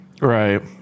right